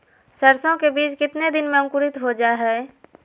सरसो के बीज कितने दिन में अंकुरीत हो जा हाय?